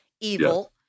evil